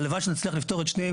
הלוואי שנצליח לפור את שתיהן,